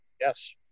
Yes